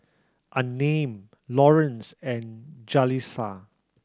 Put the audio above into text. Unnamed Lawrence and Jaleesa